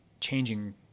changing